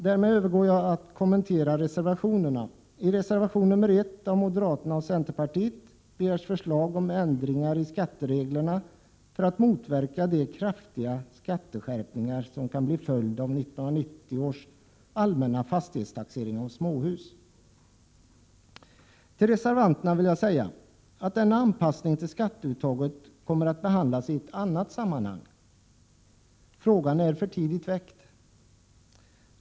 Därmed övergår jag till att kommentera reservationerna. I reservation nr 1 av moderaterna och centerpartisterna begärs förslag om ändringar i skattereglerna för att motverka de kraftiga skatteskärpningar som kan bli följden av 1990 års allmänna fastighetstaxering av småhus. Till reservanterna vill jag säga att anpassningen till skatteuttaget kommer att behandlas i annat sammanhang. Frågan är för tidigt väckt.